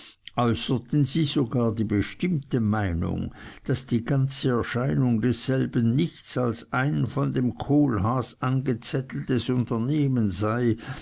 sie sogar die bestimmte meinung daß die ganze erscheinung desselben nichts als ein von dem kohlhaas angezetteltes unternehmen sei